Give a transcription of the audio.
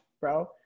bro